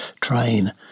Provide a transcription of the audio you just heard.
train